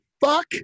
fuck